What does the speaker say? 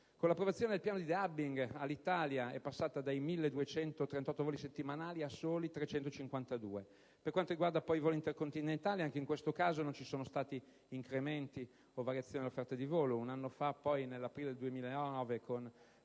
Con l'approvazione del piano di *de-hubbing* Alitalia è passata da 1.238 voli settimanali a soli 352. Per quanto riguarda poi i voli intercontinentali, anche in questo caso non ci sono stati incrementi o variazioni dell'offerta di volo. Un anno fa, poi, nell'aprile 2009, con